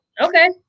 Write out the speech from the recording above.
okay